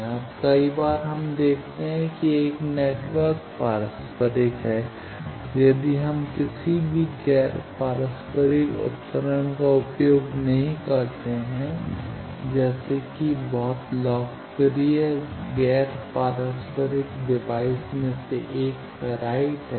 अब कई बार हम देखते हैं कि एक नेटवर्क पारस्परिक है तो यदि हम किसी भी गैर पारस्परिक उपकरण का उपयोग नहीं करते हैं तो बहुत लोकप्रिय गैर पारस्परिक डिवाइस में से 1 फेराइट है